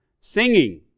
singing